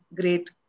great